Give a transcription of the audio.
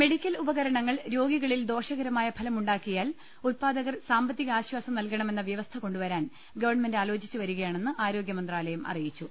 medical ഉപകരണങ്ങൾ രോഗികളിൽ ദോഷകരമായ ഫലമുണ്ടാക്കിയാൽ ഉൽപാദകർ സാമ്പത്തികാശ്വാസം നൽകണമെന്ന വ്യവസ്ഥ കൊണ്ടുവരാൻ ഗ വൺമെന്റ് ആലോചിച്ചു വരികയാണെന്ന് ആരോഗ്യമന്ത്രാലയം അറിയിച്ചു